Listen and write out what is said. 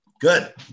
Good